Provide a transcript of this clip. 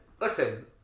listen